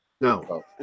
No